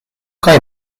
kaj